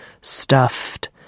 stuffed